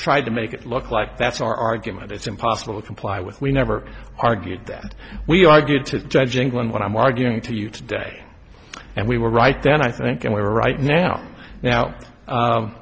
tried to make it look like that's our argument it's impossible to comply with we never argued that we argued to judge england what i'm arguing to you today and we were right then i think and we are right now now